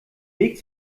weg